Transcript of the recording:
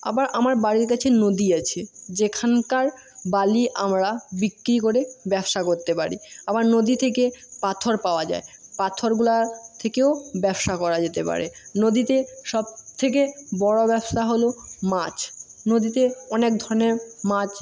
আবার আমার বাড়ির কাছে নদী আছে যেখানকার বালি আমরা বিক্রি করে ব্যবসা করতে পারি আবার নদী থেকে পাথর পাওয়া যায় পাথরগুলা থেকেও ব্যবসা করা যেতে পারে নদীতে সবথেকে বড়ো ব্যবসা হল মাছ নদীতে অনেক ধরনের মাছ